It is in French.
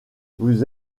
vous